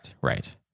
right